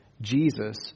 Jesus